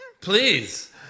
Please